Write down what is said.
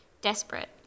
desperate